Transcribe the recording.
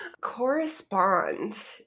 Correspond